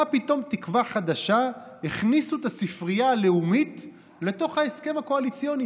מה פתאום תקווה חדשה הכניסו את הספרייה הלאומית לתוך ההסכם הקואליציוני?